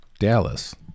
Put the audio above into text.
Dallas